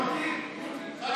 המיעוטים.